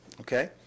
okay